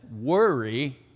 worry